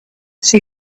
she